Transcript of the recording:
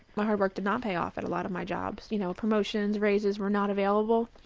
my hard work did not pay off at a lot of my jobs. you know, promotions, raises were not available.